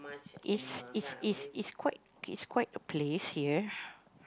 is is is is quite is quite a place here